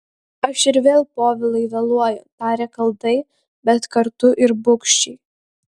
aš ir vėl povilai vėluoju tarė kaltai bet kartu ir bugščiai